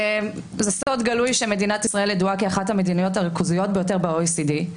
זה סוד גלוי שמדינת ישראל ידועה כאחת המדינות הריכוזיות ביותר ב-OECD,